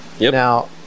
Now